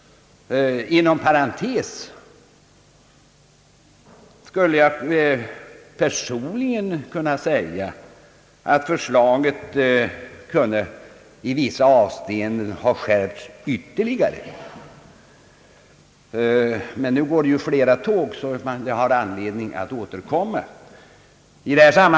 Inom parentes skulle jag personligen kunna säga att förslaget i vissa avseenden kunde ha skärpts ytterligare. Emellertid går det ju flera tåg, så det blir tillfälle att återkomma.